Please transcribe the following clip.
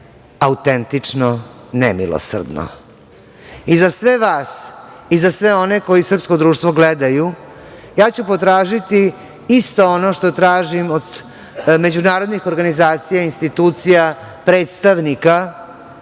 autentično nemilosrdno.I za sve vas i za sve one koji srpsko društvo gledaju, ja ću potražiti isto ono što tražim od međunarodnih organizacija, institucija, predstavnika,